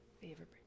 favorite